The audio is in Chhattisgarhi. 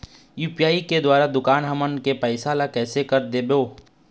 यू.पी.आई के द्वारा दुकान हमन के पैसा ला कैसे कर के देबो?